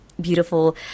beautiful